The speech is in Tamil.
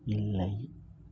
இல்லை